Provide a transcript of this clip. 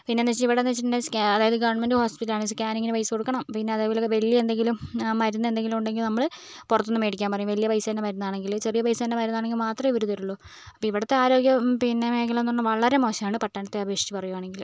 പിന്നെയെന്ന് വെച്ചിട്ടുണ്ടേ ഇവിടുന്നു വെച്ചിട്ടുണ്ടേ അതായത് ഗവൺമെൻറ്റ് ഹോസ്പിറ്റലാണ് സ്കാനിങ്ങിന് പൈസ കൊടുക്കണം അതേപോലേ വലിയ എന്തെങ്കിലും മരുന്ന് എന്തെങ്കിലും ഉണ്ടെങ്കിൽ നമ്മൾ പുറത്തുനിന്ന് മേടിക്കാൻ പറയും വലിയ പൈസേൻറ്റെ മരുന്നാണെങ്കിൽ ചെറിയ പൈസേൻ്റെ മരുന്നാണെങ്കിൽ മാത്രമേ ഇവർ തരികയുള്ളൂ അപ്പോൾ ഇവിടുത്തേ ആരോഗ്യ മേഖല വളരേ മോശമാണ് പട്ടണത്തെ അപേക്ഷിച്ച് പറയുകയാണെങ്കിൽ